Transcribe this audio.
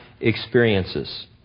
experiences